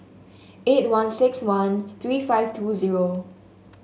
eight one six one three five two zero